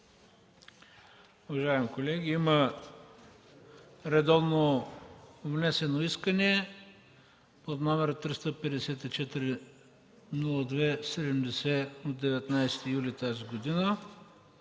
Уважаеми колеги, има редовно внесено искане под № 354-02-70 от 19 юли тази година